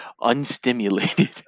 unstimulated